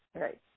Right